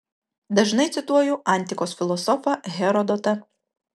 dažnai cituoju antikos filosofą herodotą